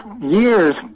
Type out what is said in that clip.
years